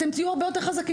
אתם תהיו הרבה יותר חזקים.